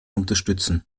unterstützen